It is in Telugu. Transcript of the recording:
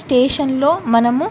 స్టేషన్లో మనము